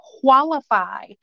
qualify